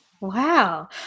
wow